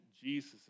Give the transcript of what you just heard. Jesus